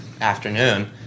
afternoon